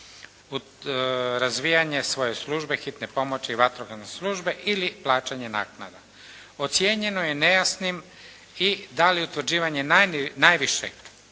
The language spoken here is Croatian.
razvijanje svoje službe, hitne pomoći i vatrogasne službe ili plaćanje naknada. Ocjenjeno je nejasnim i da li utvrđivanje najvišeg